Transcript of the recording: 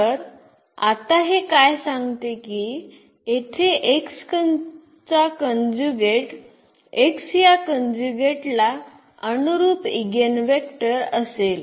तर आता हे काय सांगते की येथे चा कन्ज्युगेट x या कन्ज्युगेट ला अनुरुप ईगेनवेटर असेल